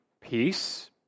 peace